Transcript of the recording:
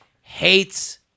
hates